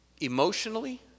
Emotionally